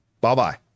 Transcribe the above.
bye-bye